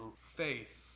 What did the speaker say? faith